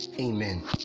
Amen